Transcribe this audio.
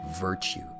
virtue